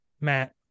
Matt